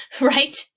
Right